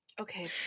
Okay